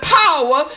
power